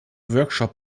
workshop